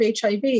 HIV